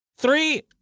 Three